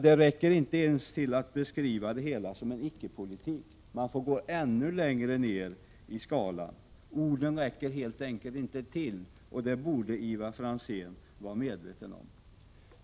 Det räcker inte ens att beskriva det som en icke-politik. Man får gå ännu längre — orden räcker helt enkelt inte till. Det borde Ivar Franzén vara medveten om.